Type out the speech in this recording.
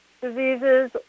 diseases